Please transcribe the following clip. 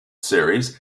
series